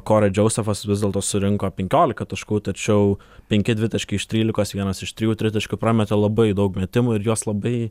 kori džiausefas vis dėlto surinko penkiolika taškų tačiau penki dvitaškiai iš trylikos vienas iš trijų tritaškių prametė labai daug metimų ir juos labai